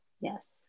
Yes